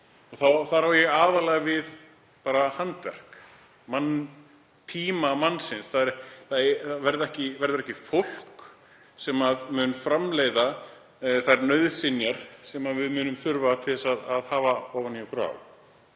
Þá á ég aðallega við handverk, tíma mannsins. Það verður ekki fólk sem mun framleiða þær nauðsynjar sem við munum þurfa til að hafa ofan í